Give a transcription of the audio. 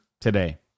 today